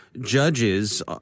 judges